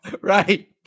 Right